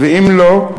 2. אם לא,